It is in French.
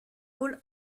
rôle